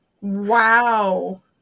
Wow